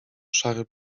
szary